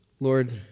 Lord